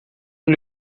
lhe